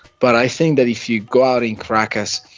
but i think that if you go out in caracas,